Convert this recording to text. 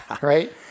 Right